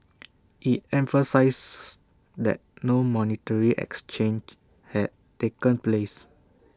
IT emphasised that no monetary exchange had taken place